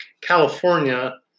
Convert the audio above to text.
California